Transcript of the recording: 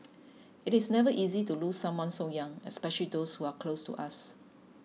it is never easy to lose someone so young especially those who are close to us